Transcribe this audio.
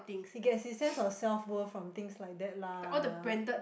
he gets his sense of self worth from things like that lah